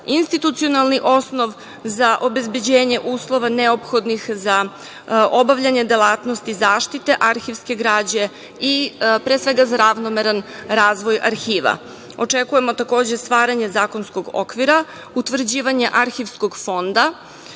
institucionalni osnov za obezbeđenje uslova neophodnih za obavljanjem delatnosti, zaštite arhivske građe i, pre svega, za ravnomeran razvoj arhiva. Očekujemo, takođe, stvaranje zakonskog okvira, utvrđivanje arhivskog fonda